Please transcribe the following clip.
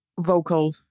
vocal